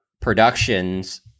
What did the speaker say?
productions